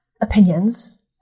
opinions